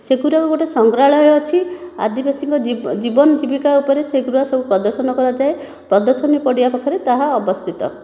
ସେଗୁଡ଼ାକ ଗୋଟିଏ ସଂଗ୍ରହାଳୟ ଅଛି ଆଦିବାସୀଙ୍କ ଜୀବନ ଜୀବିକା ଉପରେ ସେଗୁଡ଼ାକ ସବୁ ପ୍ରଦର୍ଶନ କରାଯାଏ ପ୍ରଦର୍ଶନୀ ପଡ଼ିଆ ପାଖରେ ତାହା ଅବସ୍ଥିତ